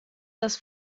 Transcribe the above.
das